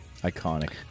iconic